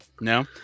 No